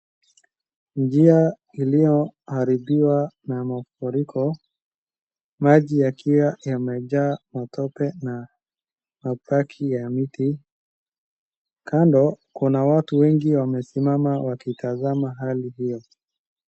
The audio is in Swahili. Njia iliyoharibiwa na mafuriko maji yakiwa yamejaa matope na mabaki ya miti, kando kuna watu wengi wamesimama wakitazama hali hiyo.